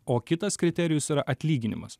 o kitas kriterijus yra atlyginimas